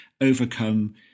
overcome